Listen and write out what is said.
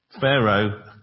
Pharaoh